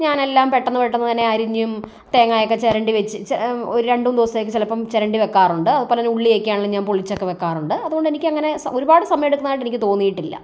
ഞാൻ എല്ലാം പെട്ടെന്ന് പെട്ടെന്ന് തന്നെ അരിഞ്ഞും തേങ്ങയൊക്കെ ചിരണ്ടി വെച്ച് ചെ ഒരു രണ്ടൂ മൂന്ന് ദിവസത്തേക്ക് ചിലപ്പം ചിരണ്ടി വെക്കാറുണ്ട് അതുപോലെ ഉള്ളിയൊക്കെ ആണെങ്കിലും ഞാൻ പൊളിച്ചൊക്കെ വെയ്ക്കാറുണ്ട് അതുകൊണ്ടു എനിക്കങ്ങനെ സ ഒരുപാട് സമയമെടുക്കുന്നതായിട്ട് എനിക്ക് തോന്നിയിട്ടില്ല